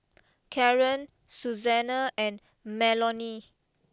Karren Suzanna and Melony